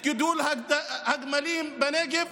את גידול הגמלים בנגב,